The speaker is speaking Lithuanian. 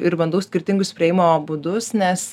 ir bandau skirtingus priėjimo būdus nes